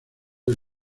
del